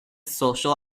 social